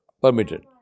permitted